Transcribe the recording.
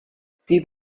sie